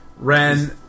Ren